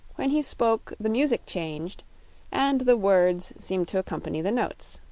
when he spoke the music changed and the words seemed to accompany the notes.